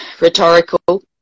Rhetorical